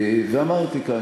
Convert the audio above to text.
ואמרתי כאן,